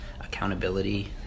accountability